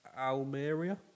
Almeria